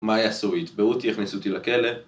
מה יעשו? יתבעו אותי? יכניסו אותי לכלא?